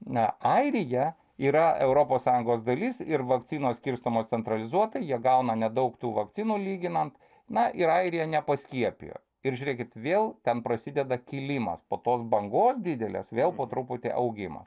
na airija yra europos sąjungos dalis ir vakcinos skirstomos centralizuotai jie gauna nedaug tų vakcinų lyginant na ir airija nepaskiepijo ir žiūrėkit vėl ten prasideda kilimas po tos bangos didelės vėl po truputį augimą